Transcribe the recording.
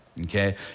Okay